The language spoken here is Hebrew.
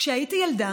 כשהייתי ילדה